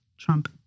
trump